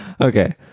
Okay